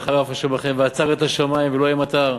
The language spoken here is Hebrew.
וחרה אף ה' בכם ועצר את השמים ולא יהיה מטר",